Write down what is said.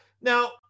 Now